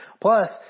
Plus